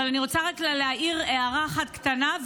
אבל אני רוצה רק להעיר הערה אחת קטנה,